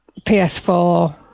PS4